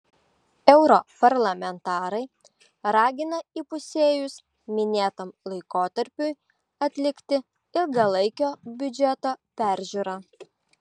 europarlamentarai ragina įpusėjus minėtam laikotarpiui atlikti ilgalaikio biudžeto peržiūrą